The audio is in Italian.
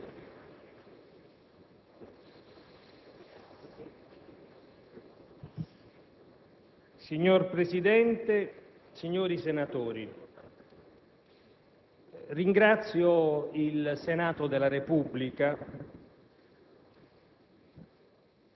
Signor Presidente, signori senatori, ringrazio il Senato della Repubblica